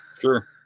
Sure